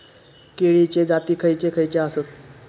केळीचे जाती खयचे खयचे आसत?